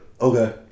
Okay